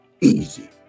easy